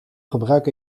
gebruik